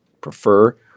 prefer